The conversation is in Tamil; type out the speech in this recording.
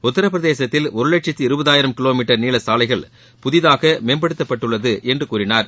உத்தரப் பிரதேசத்தில் ஒரு லட்சத்து இருபதாயிரம் கிலோ மீட்டர் நீள சாலைகள் புதிதாக மேம்படுத்தப்பட்டுள்ளது என்று கூறினார்